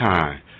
time